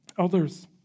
Elders